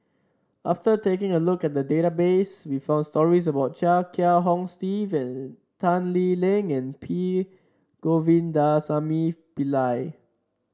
after taking a look at the database we found stories about Chia Kiah Hong Steve Tan Lee Leng and P Govindasamy Pillai